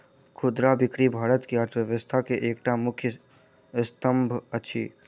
खुदरा बिक्री भारत के अर्थव्यवस्था के एकटा मुख्य स्तंभ अछि